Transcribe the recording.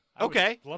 Okay